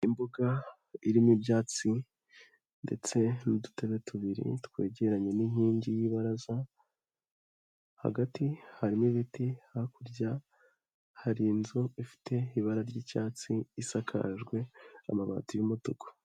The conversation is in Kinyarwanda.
Imbuga irimo ibyatsi ndetse n'udutebe tubiri twegeranye n'inkingi y'ibaraza, hagati harimo ibiti hakurya hari inzu ifite ibara ry'icyatsi isakajwe amabati y'umutuku.